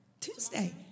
Tuesday